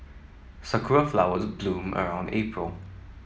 sakura flowers bloom around April